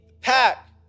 pack